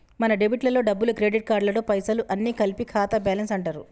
మన డెబిట్ లలో డబ్బులు క్రెడిట్ కార్డులలో పైసలు అన్ని కలిపి ఖాతా బ్యాలెన్స్ అంటారు